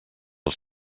els